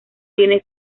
tiene